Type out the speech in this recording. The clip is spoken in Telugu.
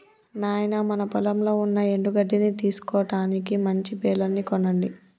నాయినా మన పొలంలో ఉన్న ఎండు గడ్డిని తీసుటానికి మంచి బెలర్ ని కొనండి